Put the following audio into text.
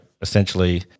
essentially